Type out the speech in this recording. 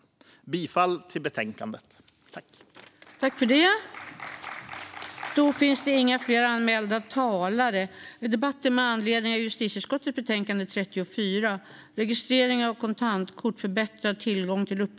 Jag yrkar bifall till utskottets förslag.